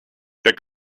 der